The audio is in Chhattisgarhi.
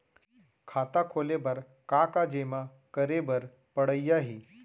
खाता खोले बर का का जेमा करे बर पढ़इया ही?